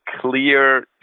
clear